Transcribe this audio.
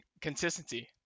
consistency